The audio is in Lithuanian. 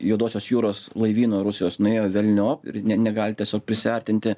juodosios jūros laivyno rusijos nuėjo velniop ir negali tiesiog prisiartinti